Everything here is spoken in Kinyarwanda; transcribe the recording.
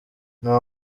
nta